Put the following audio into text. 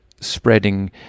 spreading